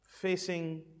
facing